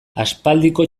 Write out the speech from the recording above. aspaldiko